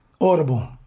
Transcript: Audible